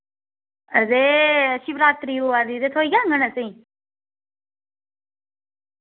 ते शिवरात्री आवा दी ते थ्होई जाङन असें ई